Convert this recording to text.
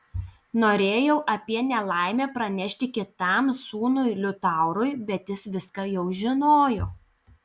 norėjau apie nelaimę pranešti kitam sūnui liutaurui bet jis viską jau žinojo